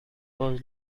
was